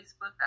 Facebook